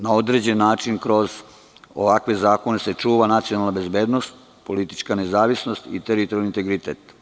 Na određen način kroz ovakav zakon se čuva nacionalna bezbednost, politička nezavisnost i teritorijalni integritet.